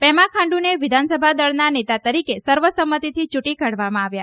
પ્રેમા ખાંડુને વિધાનસભા દળના નેતા તરીકે સર્વસંમતિથી ચૂંટી કાઢવામાં આવ્યા